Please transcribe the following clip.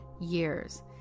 years